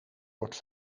wordt